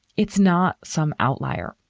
it's not some outlier.